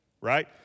right